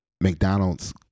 McDonald's